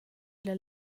illa